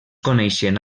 coneixen